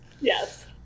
Yes